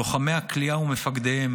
לוחמי הכליאה ומפקדיהם